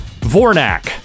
Vornak